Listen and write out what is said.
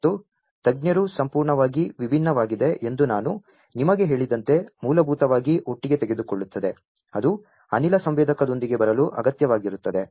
ಮತ್ತು ತಜ್ಞರು ಸಂಪೂರ್ಣವಾಗಿ ವಿಭಿನ್ನವಾಗಿದೆ ಎಂದು ನಾನು ನಿಮಗೆ ಹೇಳಿದಂತೆ ಮೂಲಭೂತವಾಗಿ ಒಟ್ಟಿಗೆ ತೆಗೆದುಕೊಳ್ಳುತ್ತದೆ ಅದು ಅನಿಲ ಸಂವೇದಕದೊಂದಿಗೆ ಬರಲು ಅಗತ್ಯವಾಗಿರುತ್ತದೆ